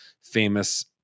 famous